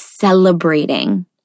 celebrating